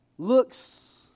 Looks